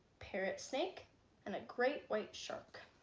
parrot snake and a great white shark.